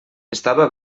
estava